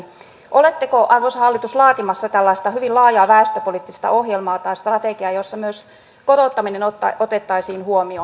oletteko arvoisa hallitus laatimassa tällaista hyvin laajaa väestöpoliittista ohjelmaa tai strategiaa jossa myös kotouttaminen otettaisiin huomioon